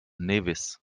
nevis